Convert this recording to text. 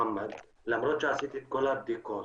למרות שעשיתי את כל הבדיקות,